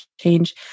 change